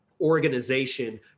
organization